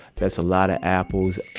that's a lot of apples